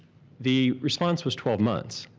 the response was twelve months.